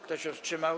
Kto się wstrzymał?